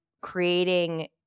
creating